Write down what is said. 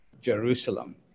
Jerusalem